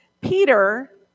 Peter